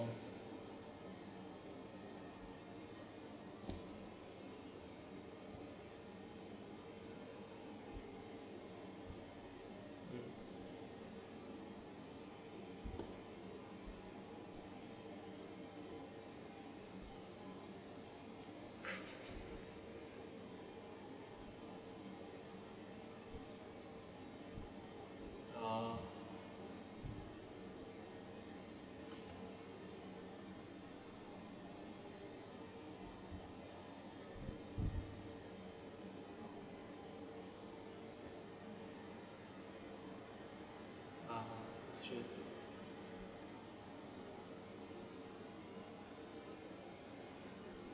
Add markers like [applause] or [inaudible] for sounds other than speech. [laughs] uh uh it's true